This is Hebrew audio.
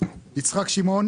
יצחק שמעון